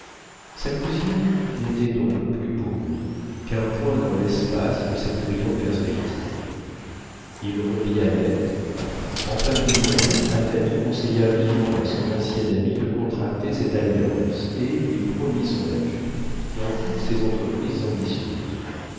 sa cousine n'était donc plus pour lui qu'un point dans l'espace de cette brillante perspective il revit annette en femme du monde annette conseilla vivement à son ancien ami de contracter cette alliance et lui promit son appui dans toutes ses entreprises ambitieuses